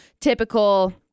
typical